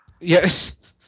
Yes